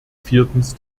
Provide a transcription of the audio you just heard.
viertens